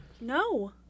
No